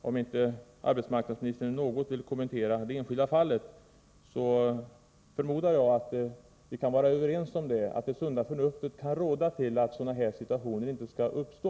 Om arbetsmarknadsministern inte något vill kommentera det enskilda fallet, förmodar jag att vi kan vara överens om att det sunda förnuftet säger att sådana här situationer inte skall uppstå.